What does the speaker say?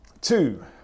two